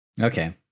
Okay